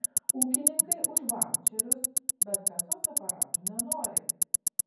ūkininkai už vaučerius bet kasos aparatų nenori